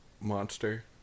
monster